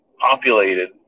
populated